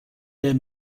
their